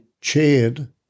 chaired